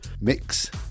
mix